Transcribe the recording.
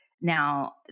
Now